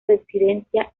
residencia